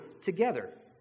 together